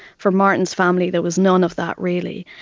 for martin's family there was none of that really.